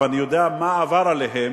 ואני יודע מה עבר עליהן,